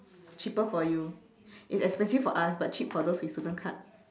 cheaper for you it's expensive for us but cheap for those with student card